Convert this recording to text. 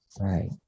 Right